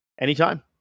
anytime